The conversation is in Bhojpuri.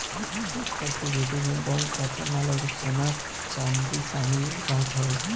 कुछ प्रतिभूति में बांड कच्चा माल अउरी सोना चांदी शामिल रहत हवे